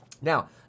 Now